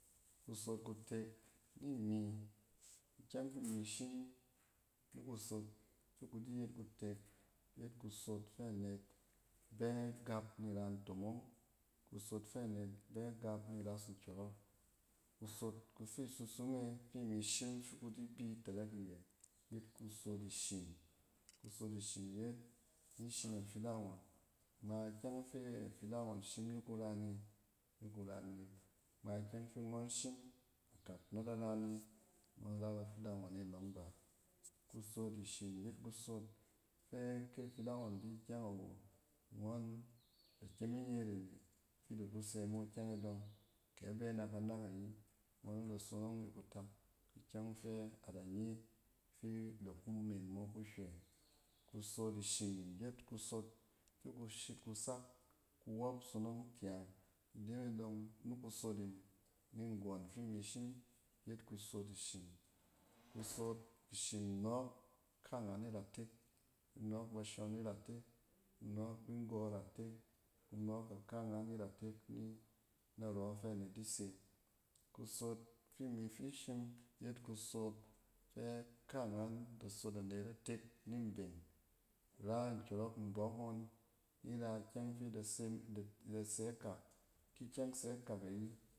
Kusot kutek ni mi-ikyɛng fi mi shim ki kusot ki ku di yet kutek, yet kusot fɛ anet bɛ gap ni ra ntomong. Kusot fɛ anet bɛ gap ni ras nkyↄrↄk. kusot kufi susu me fi imi sim fi kudi bɛ tɛrɛk iyɛ yet kusot ishim. Kusot ishim yet ni shim afidang ngↄn. Ngma kyɛng ↄng fɛ afidang ngↄn shim ni ku ra ne, ni kura ne. Ngma ikyɛng fi ngↄn shim akak na da ra ne, ngↄn ra bafidang ngↄn e anↄng ba. Kusot ishim yet kusot fɛ, kyɛ afidang ngↄn ba kyɛng awo, ngↄn da kyem inye iren e fi da ku sɛ mo ikyɛng e dↄng, kyɛ abɛ naka kanak ayi ngↄn ↄng da sonong da kutak ikyɛng fɛ ada nye fi da ku men mo kuhwɛ. Kusot ishim yet kusot fi ku shi-ku sak kuwap sonong kyang. Ide me dↄng ni kusot in, ni nggↄn fi imi shim yet kusot ishim. Kusot ishim nↄↄk kaayan iratek, inↄↄk bashↄn iratek, inↄↄk binggↄ iratek, inↄↄk akaangan iratek ni-narↄ fɛ net di se. kusot fi imi fi shim yet kusot fɛ ka’angan da sot anet atek ni mben. Ra nkyↄrↄk mbↄↄk ngↄn, ni ra ikyɛng fiida semida sɛ kak, ki ikyɛng sɛ akak ayi.